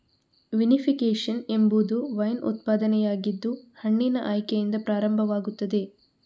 vinification ಎಂಬುದು wine ಉತ್ಪಾದನೆಯಾಗಿದ್ದು ಹಣ್ಣಿನ ಆಯ್ಕೆಯಿಂದ ಪ್ರಾರಂಭವಾಗುತ್ತದೆ